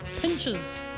Pinches